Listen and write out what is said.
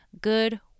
good